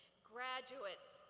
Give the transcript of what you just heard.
graduates,